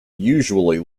usually